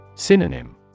Synonym